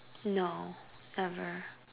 no never